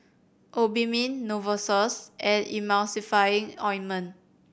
Obimin Novosource and Emulsying Ointment